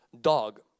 dog